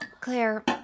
Claire